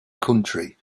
country